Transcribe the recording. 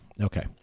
Okay